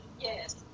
yes